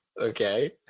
okay